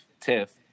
Tiff